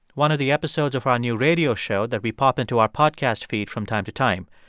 one of the episodes of our new radio show that we pop into our podcast feed from time to time.